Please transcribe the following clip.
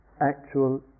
actual